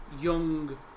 young